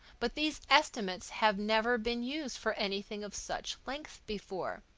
but these estimates have never been used for anything of such length before.